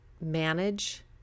manage